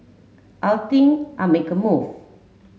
I'll think I'll make a move